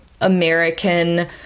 American